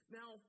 now